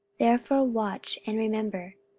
therefore watch, and remember,